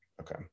Okay